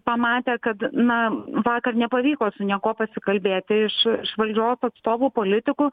pamatę kad na vakar nepavyko su niekuo pasikalbėti iš iš valdžios atstovų politikų